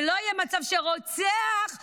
שלא יהיה מצב שרוצח יורש,